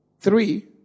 three